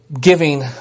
giving